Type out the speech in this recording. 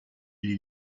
les